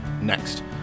next